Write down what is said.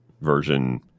version